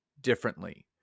differently